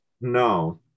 No